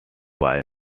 bay